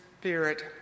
spirit